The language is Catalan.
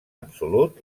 absolut